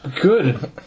Good